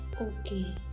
okay